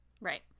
right